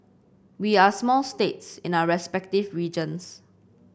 we are small states in our respective regions